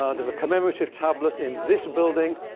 ah there's a commemorative tablet in this building,